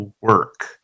work